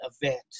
event